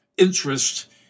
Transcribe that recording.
interest